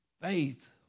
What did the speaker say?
Faith